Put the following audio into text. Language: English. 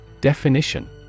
Definition